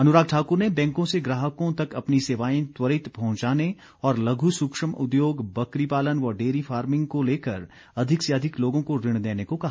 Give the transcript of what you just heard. अनुराग ठाकुर ने बैंकों से ग्राहकों तक अपनी सेवाएं त्वरित पहुंचाने और लघु सूक्ष्म उद्योग बकरी पालन व डेरी फार्मिंग को लेकर अधिक से अधिक लोगों को ऋण देने को कहा